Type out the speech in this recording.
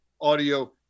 audio